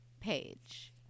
page